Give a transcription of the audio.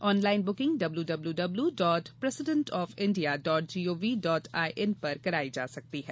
online booking W W dot president of India dot G O V dot I N पर कराई जा सकती है